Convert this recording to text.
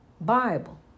Bible